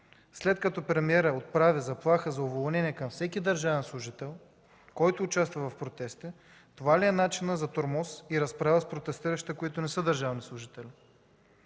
След като премиерът отправи заплаха за уволнение към всеки държавен служител, който участва в протести, това ли е начинът за тормоз и разправа с протестиращи, които не са държавни служители?